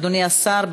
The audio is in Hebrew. אדוני השר,